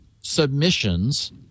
submissions